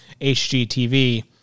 HGTV